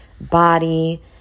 body